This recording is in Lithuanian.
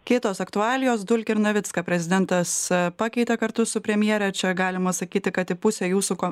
kitos aktualijos dulkį ir navicką prezidentas pakvietė kartu su premjere čia galima sakyti kad į pusę jūsų